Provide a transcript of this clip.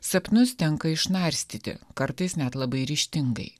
sapnus tenka išnarstyti kartais net labai ryžtingai